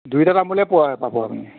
দুয়োটা তামোলেই পোৱা পাব আপুনি